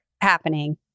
happening